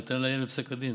ניתן לעיין בפסק הדין.